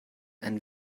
and